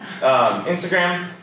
Instagram